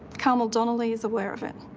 carmel donnelly's aware of it.